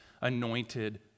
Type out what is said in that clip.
anointed